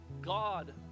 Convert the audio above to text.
god